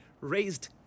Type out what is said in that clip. raised